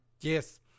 Yes